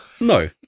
No